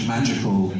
Magical